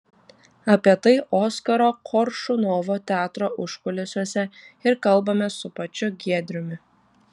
apie tai oskaro koršunovo teatro užkulisiuose ir kalbamės su pačiu giedriumi